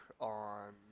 on